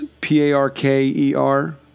P-A-R-K-E-R